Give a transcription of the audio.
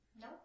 No